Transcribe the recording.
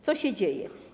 Co się dzieje?